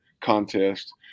contest